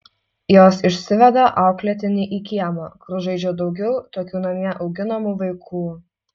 jos išsiveda auklėtinį į kiemą kur žaidžia daugiau tokių namie auginamų vaikų